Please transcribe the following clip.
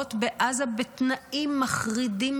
במנהרות בעזה בתנאים מחרידים,